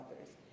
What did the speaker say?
authors